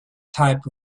type